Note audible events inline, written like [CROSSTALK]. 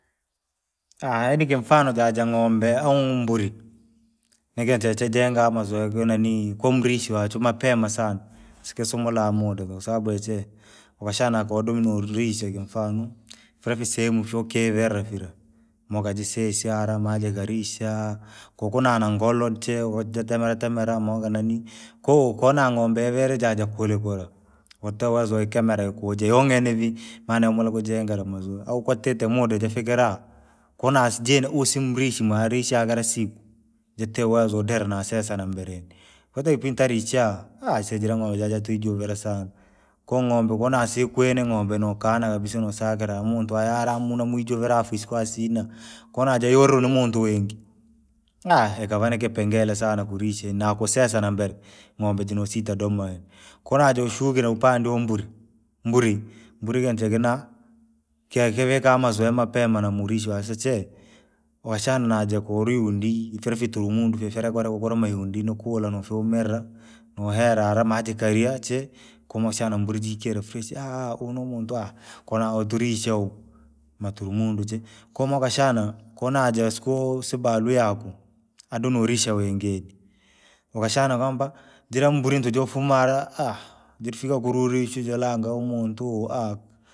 [HESITATION] yaani kimfano jaa jang'ombe au mburi, ni kintu chee chejenga mazoea geninii komlishi wachwe, mapema sana, sikisumbula muntu vii sababu yachee, ukashana kodome norisha kifane, vire viseleme ukivivera vire mukajisisa hara maajikarisha, kotunaa na ngolo niche ukajitemera temeraa maanakanari. Kwahiyo tonang’ombe ivere jaa ja kuri kure, watee uwezo uikemere ikuje yongene vii, maana lumuluka jingire [UNINTELLIGIBLE] au kwatite muda jafikiraa, konaa sijini uhuu simrisii mwaarisha kira siku, jitii uwezo udire nasese na mbereni. Kwati kipindi nanishaa aisee jire ng’ombe jajaa tuijuvire sana, kong’ombe ukona siikine ng’ombe nakonaa kabisa nasakire muntu hare mwne namujuvira afu isiko asinaa. Konajaa jayurwe na muntu wingi, [HESITATION] ikavaa nikipengele sana kurisha na kusesaa na mbere, ng’ombe nojarita domaa yani, konaaje wishuki upande umburi, mburi, mburi kintu dekina, kikivika mazoea mapemba na murishi wasi che. ukashana najaa kure iyundwi, fire fitu umundu fee fire kure iyundwi nokuhula nafumeraa. Nuhera hara maajikaria chee, komushana mburi jikire furashi [HESITATION] huyu nu muntu, [HESITATION] kuna uturishia, maturumundu chee, komaa ukashona, konajaa siku sibalue yako. Edi norisha wingi, ukashana kwamba, jire mburi njo- jofumaa hara, [HESITATION] jirifika kuru urishi jii langa muntu aka.